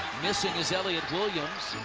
missing is elliot williams.